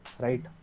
Right